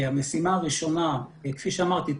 כפי שאמרתי,